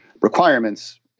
requirements